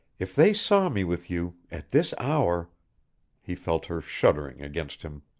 if they saw me with you at this hour he felt her shuddering against him.